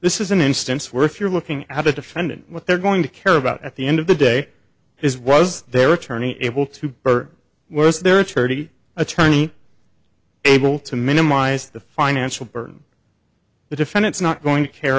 this is an instance where if you're looking at a defendant what they're going to care about at the end of the day is was their attorney able to or was there a charity attorney able to minimize the financial burden the defendants not going to care